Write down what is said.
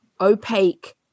opaque